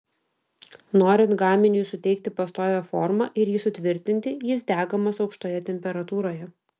norint gaminiui suteikti pastovią formą ir jį sutvirtinti jis degamas aukštoje temperatūroje